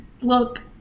look